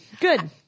good